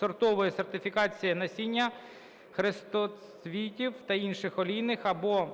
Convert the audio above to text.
сортової сертифікації насіння хрестоцвітих та інших олійних або